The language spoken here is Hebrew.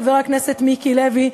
חבר הכנסת מיקי לוי,